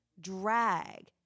drag